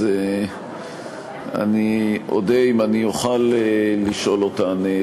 אז אני אודה אם אני אוכל לשאול אותן.